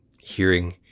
hearing